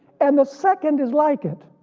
and the second is like it,